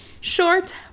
short